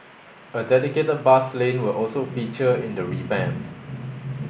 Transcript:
a dedicated bus lane will also feature in the revamp